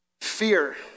Fear